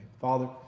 Father